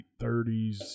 30s